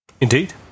Indeed